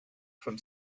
from